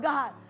God